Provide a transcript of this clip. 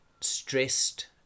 stressed